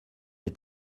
est